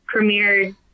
premiered